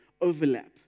overlap